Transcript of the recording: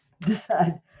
decide –